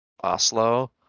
Oslo